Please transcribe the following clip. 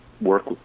work